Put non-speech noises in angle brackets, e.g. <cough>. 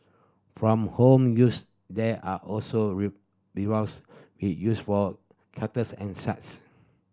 from home use there are also <unintelligible> we use for kettles and such